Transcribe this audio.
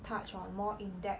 touch on more in depth